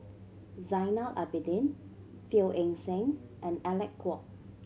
Zainal Abidin Teo Eng Seng and Alec Kuok